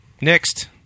Next